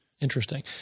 Interesting